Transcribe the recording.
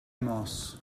amos